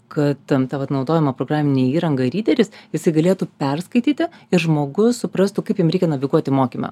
kad ta vat naudojama programinė įranga ryderis jisai galėtų perskaityti ir žmogus suprastų kaip jam reikia naviguoti mokyme